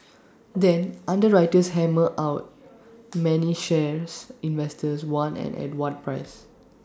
then underwriters hammer out many shares investors want and at what price